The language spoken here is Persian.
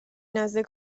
نزد